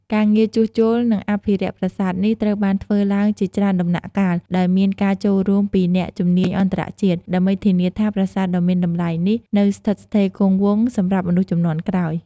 ការងារជួសជុល និងអភិរក្សប្រាសាទនេះ ត្រូវបានធ្វើឡើងជាច្រើនដំណាក់កាល ដោយមានការចូលរួមពីអ្នកជំនាញអន្តរជាតិ ដើម្បីធានាថាប្រាសាទដ៏មានតម្លៃនេះនៅស្ថិតស្ថេរគង់វង្សសម្រាប់មនុស្សជំនាន់ក្រោយ។